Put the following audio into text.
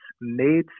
made